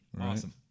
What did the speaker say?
Awesome